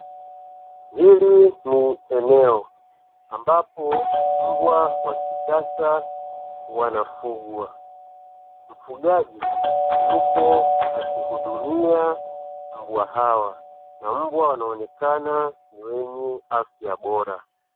Hili ni eneo ambapo mbwa wa kisasa wanafugwa. Mfugaji yupo akihudumia mbwa hawa na mbwa wanaonekana ni wenye afya bora.